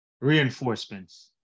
reinforcements